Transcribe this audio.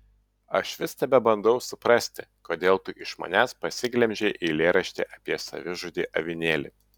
aš vis tebebandau suprasti kodėl tu iš manęs pasiglemžei eilėraštį apie savižudį avinėlį